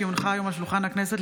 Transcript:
כי הונחה על שולחן הכנסת,